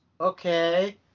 okay